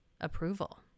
approval